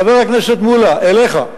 חבר הכנסת מולה, אליך: